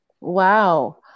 wow